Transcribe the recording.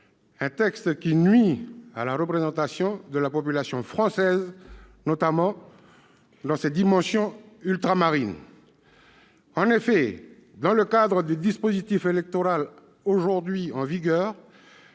texte qui nuit à la représentation de la population française, notamment dans ses dimensions ultramarines. En effet, dans le cadre du dispositif électoral aujourd'hui en vigueur,